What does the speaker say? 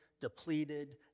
depleted